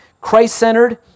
Christ-centered